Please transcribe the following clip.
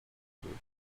group